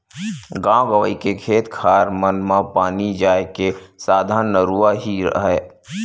गाँव गंवई के खेत खार मन म पानी जाय के साधन नरूवा ही हरय